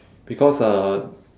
because uh